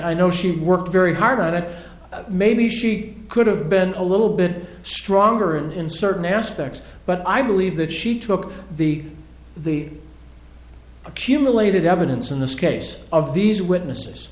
know she worked very hard at it maybe she could have been a little bit stronger and in certain aspects but i believe that she took the the accumulated evidence in this case of these witnesses